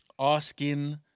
Asking